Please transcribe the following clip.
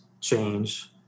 change